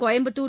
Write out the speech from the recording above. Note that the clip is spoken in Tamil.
கோயம்பத்தூர்